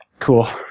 Cool